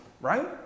right